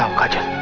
um kajal.